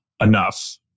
enough